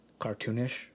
cartoonish